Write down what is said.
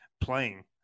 playing